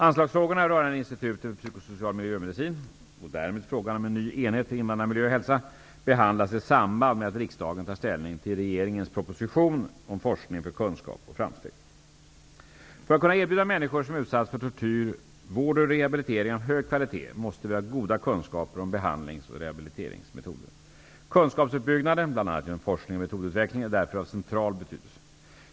Anslagsfrågorna rörande Institutet för psykosocial miljömedicin -- och därmed frågan om en ny enhet för invandrarmiljö och hälsa -- behandlas i samband med att riksdagen tar ställning till regeringens proposition 1992/93:170 om forskning för kunskap och framsteg. För att kunna erbjuda människor som utsatts för tortyr vård och rehabilitering av hög kvalitet måste vi ha goda kunskaper om behandlings och rehabiliteringsmetoder. Kunskapsuppbyggnaden genom bl.a. forskning och metodutveckling är därför av central betydelse.